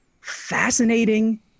fascinating